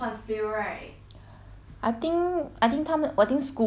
I think I think 他们我 think school 会 consider lah of 这些